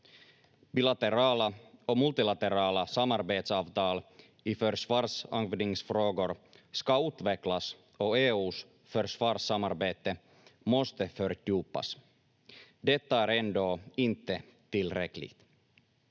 Bilaterala och multilaterala samarbetsavtal i försvarsfrågor ska utvecklas och EUs försvarssamarbete måste fördjupas. Detta är ändå inte tillräckligt.